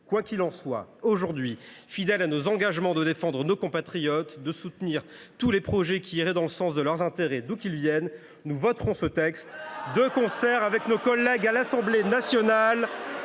Quoi qu’il en soit, aujourd’hui, fidèles à l’engagement que nous avons pris de défendre nos compatriotes et de soutenir tous les projets qui iraient dans le sens de leurs intérêts, d’où qu’ils viennent, nous voterons ce texte, de concert avec nos collègues à l’Assemblée nationale.